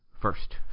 First